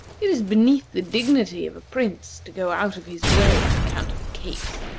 it is beneath the dignity of a prince to go out of his way on account of capes,